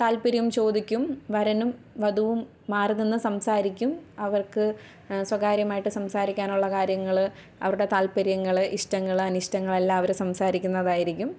താൽപ്പര്യം ചോദിക്കും വരനും വധുവും മാറിനിന്ന് സംസാരിക്കും അവർക്ക് സ്വകാര്യമായിട്ട് സംസാരിക്കാനുള്ള കാര്യങ്ങള് അവരുടെ താല്പര്യങ്ങള് ഇഷ്ടങ്ങള് അനിഷ്ടങ്ങള് എല്ലാം അവര് സംസാരിക്കുന്നതായിരിക്കും